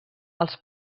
als